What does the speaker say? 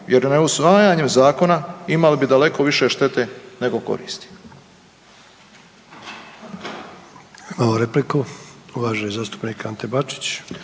jer neusvajanjem zakona imali bi daleko više štete nego koristi.